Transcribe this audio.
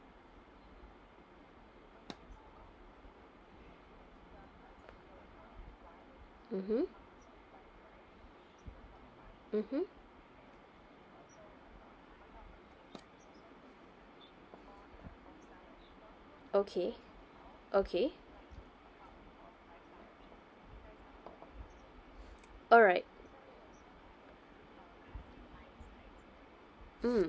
mmhmm mmhmm okay okay alright mm